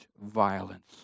violence